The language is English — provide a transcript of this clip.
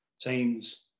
team's